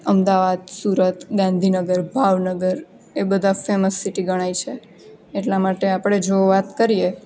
અમદાવાદ સુરત ગાંધીનગર ભાવનગર એ બધાં famous city ગણાય છે એટલા માટે આપણે જો વાત કરીએ